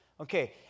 Okay